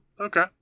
Okay